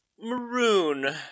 maroon